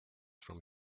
from